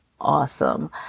awesome